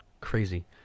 crazy